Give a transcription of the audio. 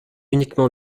uniquement